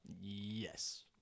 Yes